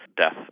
death